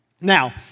Now